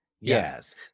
yes